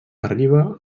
arriba